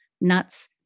nuts